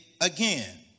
again